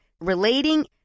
relating